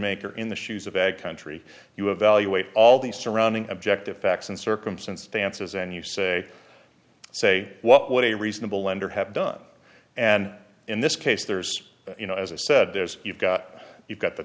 maker in the shoes of ag country you have valuate all the surrounding objective facts and circumstances and you say say what would a reasonable lender have done and in this case there's you know as i said there's you've got you've got the